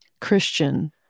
Christian